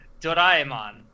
doraemon